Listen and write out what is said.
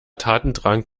tatendrang